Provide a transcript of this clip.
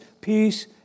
peace